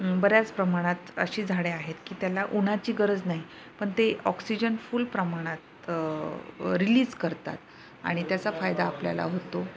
बऱ्याच प्रमाणात अशी झाडे आहेत की त्याला उन्हाची गरज नाही पण ते ऑक्सिजन फुल प्रमाणात रिलीज करतात आणि त्याचा फायदा आपल्याला होतो